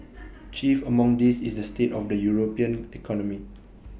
chief among these is the state of the european economy